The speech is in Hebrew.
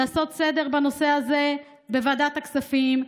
לעשות סדר בנושא הזה בוועדת הכספים,